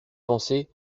penser